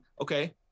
Okay